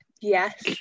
Yes